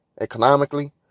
economically